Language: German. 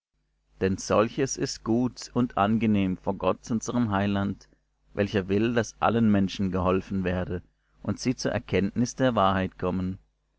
denn solches ist gut und angenehm vor gott unserm heiland welcher will daß allen menschen geholfen werde und sie zur erkenntnis der wahrheit kommen